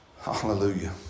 hallelujah